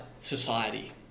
society